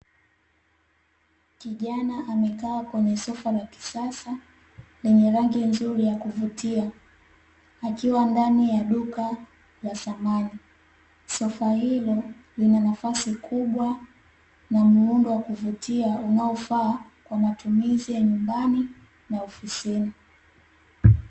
Kijana amekaa kwenye sofa la kisasa lenye rangi nzuri ya kuvutia, akiwa ndani ya duka la samani, sofa hilo lina nafasi kubwa na muundo wa kuvutia unaofaa kwa matumizi ya nyumbani na ofisini .